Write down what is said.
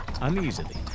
uneasily